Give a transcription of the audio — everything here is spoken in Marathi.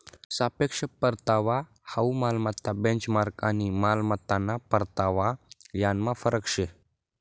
सापेक्ष परतावा हाउ मालमत्ता बेंचमार्क आणि मालमत्ताना परतावा यानमा फरक शे